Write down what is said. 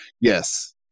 Yes